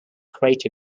crater